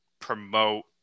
promote